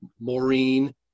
Maureen